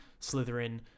Slytherin